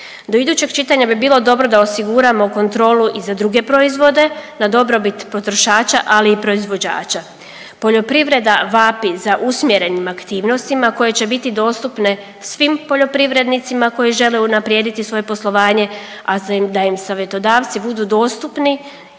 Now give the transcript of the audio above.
Do idućeg čitanja bi bilo dobro da osiguramo kontrolu i za druge proizvode na dobrobit potrošača, ali i proizvođača. Poljoprivreda vapi za usmjerenim aktivnostima koje će biti dostupne svim poljoprivrednicima koji žele unaprijediti svoje poslovanje, a da im savjetodavci budu dostupni,